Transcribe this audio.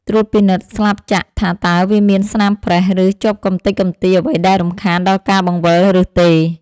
ត្រួតពិនិត្យស្លាបចក្រថាតើវាមានស្នាមប្រេះ ឬជាប់កម្ទេចកម្ទីអ្វីដែលរំខានដល់ការបង្វិលឬទេ?